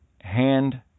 hand